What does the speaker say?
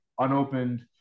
unopened